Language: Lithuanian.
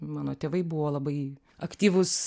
mano tėvai buvo labai aktyvūs